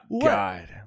God